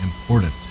important